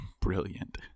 Brilliant